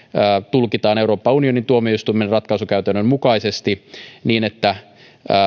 tulkitaan euroopan unionin tuomioistuimen ratkaisukäytännön mukaisesti niin että